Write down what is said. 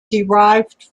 derived